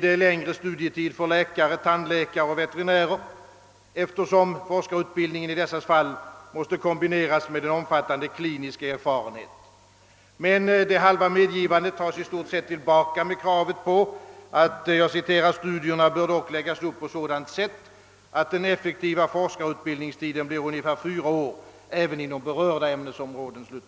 genom längre studietid för läkare, tandläkare och veterinärer, eftersom forskarutbildningen i dessa fall måste kombineras med en omfattande klinisk erfarenhet. Men det halva medgivandet tas i stor utsträckning tillbaka genom kravet på att studierna dock bör »läggas upp på ett sådant sätt att den effektiva forskarutbildningstiden blir ungefär fyra år även inom berörda ämnesområden».